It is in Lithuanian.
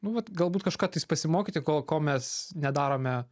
nu vat galbūt kažką tais pasimokyti ko ko mes nedarome